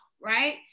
right